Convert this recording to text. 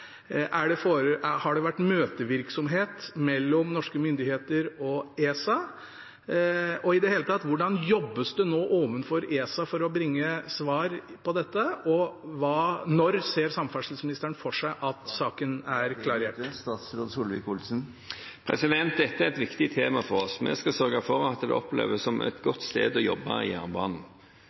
Har det vært møtevirksomhet mellom norske myndigheter og ESA? Og i det hele tatt: Hvordan jobbes det nå overfor ESA for å bringe svar på dette, og når ser samferdselsministeren for seg at saken er klarert? Dette er et viktig tema for oss. Vi skal sørge for at jernbanen oppleves som et godt sted å jobbe. Vi ønsker det skal være trygghet for folk, både knyttet til den sikkerheten de skal ha i